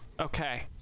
Okay